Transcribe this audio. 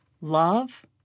Love